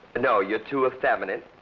no. you're too effeminate,